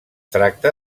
tracta